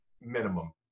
minimum